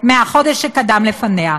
מהחודש שקדם לפניו,